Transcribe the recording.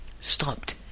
stopped